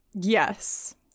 Yes